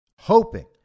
hoping